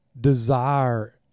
desire